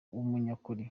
w’umunyakuri